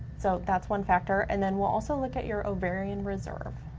so that's one factor, and then we'll also look at your ovarian reserve.